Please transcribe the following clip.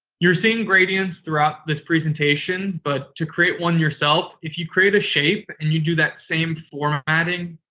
you're seeing gradients throughout this presentation, but to create one yourself, if you create a shape and you do that same formatting,